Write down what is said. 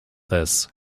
this